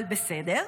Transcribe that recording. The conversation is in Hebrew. אבל בסדר.